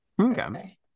Okay